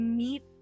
meet